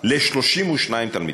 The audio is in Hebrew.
ל-32 תלמידים.